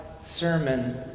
sermon